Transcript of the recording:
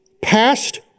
Past